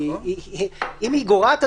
אם היא גורעת,